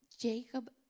Jacob